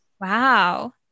Wow